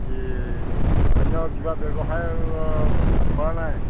এ অন্য কিবা ব্যৱসায় কৰা নাই